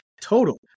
total